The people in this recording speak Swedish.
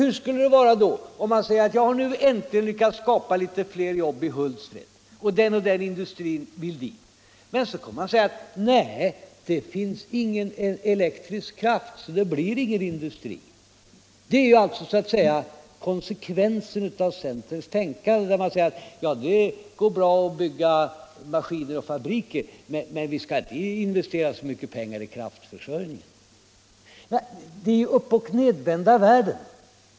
Hur skulle det vara då om man sade: ”Vi har nu äntligen lyckats skapa litet fler jobb i Hultsfred, och den och den industrin vill dit.” Och så kommer man sedan och säger: ”Nej, det finns ingen elektrisk kraft, så det blir ingen industri.” Det är så att säga konsekvensen av centerns tänkande när den förklarar att ”det går bra att skaffa maskiner och bygga fabriker, men vi skall inte investera så mycket pengar i kraftförsörjningen”. Det är uppochnedvända världen.